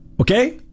Okay